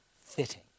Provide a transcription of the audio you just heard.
fitting